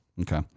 Okay